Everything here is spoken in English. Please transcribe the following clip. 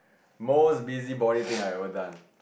most busybody thing I've ever done